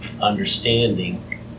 understanding